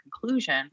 conclusion